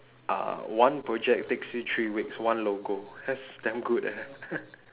uh one project takes you three weeks one logo that's damn good eh